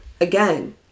again